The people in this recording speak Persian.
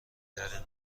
درمون